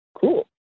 cool